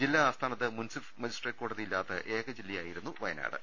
ജില്ലാ ആസ്ഥാനത്ത് മുൻസിഫ് മജി സ്ട്രേറ്റ് കോടതി ഇല്ലാത്ത ഏക ജില്ലയായിരുന്നു വയ നാട്